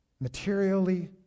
materially